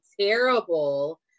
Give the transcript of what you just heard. terrible